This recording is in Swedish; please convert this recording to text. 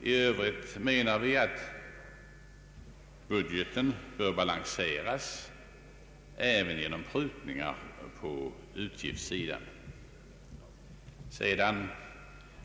I övrigt menar vi att budgeten bör balanseras även genom prutningar på utgiftssidan.